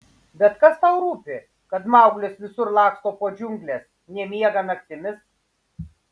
bet kas tau rūpi kad mauglis visur laksto po džiungles nemiega naktimis